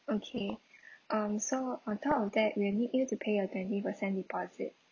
okay um so on top of that we'll need you to pay a twenty percent deposit